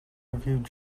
reviewed